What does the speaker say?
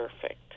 perfect